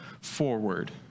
forward